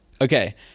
Okay